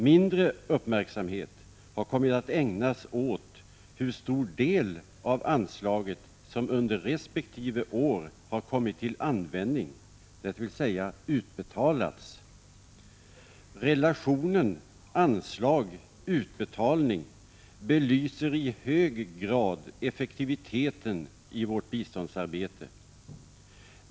Mindre uppmärksamhet har kommit att ägnas åt, hur stor del av anslaget som under resp. åt har kommit till användning, dvs. utbetalats. Relationen anslag-utbetalning belyser i hög grad effektiviteten i vårt biståndsarbete.